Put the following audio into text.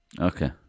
Okay